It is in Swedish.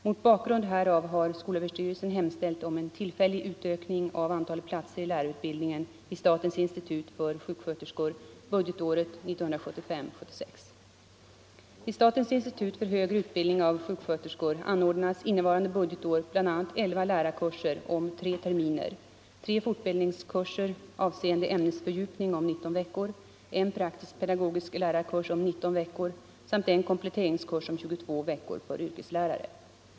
Mot bakgrund härav har skolöverstyrelsen hemställt om en tillfällig utökning av antalet platser i lärarutbildningen vid statens institut för sjuksköterskor budgetåret 1975/76. Vid statens institut för högre utbildning av sjuksköterskor anordnas innevarande budgetår bl.a. elva lärarkurser om tre terminer, tre fortbildningskurser avseende ämnesfördjupning om 19 veckor, en praktiskpedagogisk lärarkurs om 19 veckor samt en kompletteringskurs om 22 veckor för yrkeslärare.